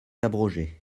abrogée